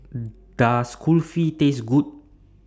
Does Kulfi Taste Good